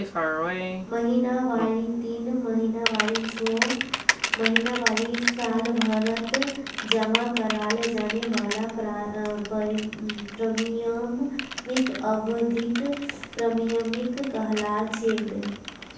महिनावारी तीन महीनावारी छो महीनावारी सालभरत जमा कराल जाने वाला प्रीमियमक अवधिख प्रीमियम कहलाछेक